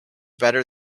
better